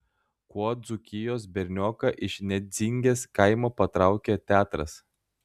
kuo dzūkijos bernioką iš nedzingės kaimo patraukė teatras